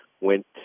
went